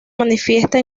manifiesta